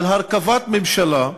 על הרכבת ממשלה,